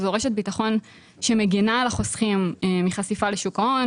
שזו רשת ביטחון שמגינה על החוסכים מחשיפה לשוק ההון.